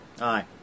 Aye